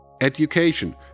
education